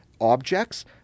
objects